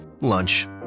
Lunch